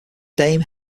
dame